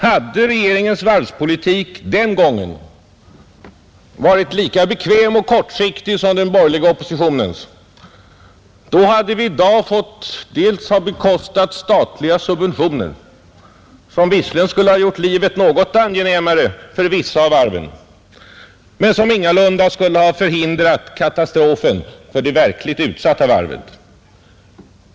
Hade regeringens varvspolitik den gången varit lika bekväm och kortsiktig som den borgerliga oppositionens, hade vi i dag fått bekosta statliga subventioner, som visserligen skulle ha gjort livet något angenämare för vissa av varven men som ingalunda skulle ha förhindrat katastrofen för det verkligt utsatta varvet.